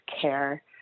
care